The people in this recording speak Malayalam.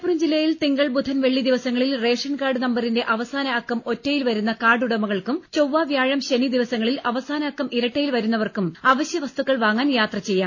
മലപ്പുറം ജില്ലയിൽ തിങ്കൾ ബുധൻ വെള്ളി ദിവസങ്ങളിൽ റേഷൻകാർഡ് നമ്പറിന്റെ അവസാന അക്കം ഒറ്റയിൽവരുന്ന കാർഡുടമകൾക്കും ചൊവ്വ വ്യാഴം ശനി ദിവസങ്ങളിൽ അവസാന അക്കം ഇരട്ടയിൽ വരുന്നവർക്കും അവശ്യവസ്തുക്കൾ വാങ്ങാൻ യാത്രചെയ്യാം